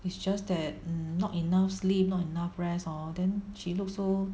it's just that mm not enough sleep not enough rest lor then she looks so